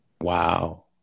Wow